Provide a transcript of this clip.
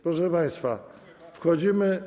Proszę państwa, wchodzimy.